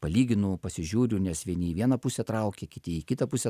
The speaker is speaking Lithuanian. palyginu pasižiūriu nes vieni į vieną pusę traukia kiti į kitą pusę